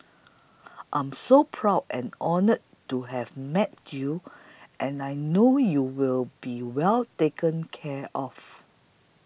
I'm so proud and honoured to have met you and I know you'll be well taken care of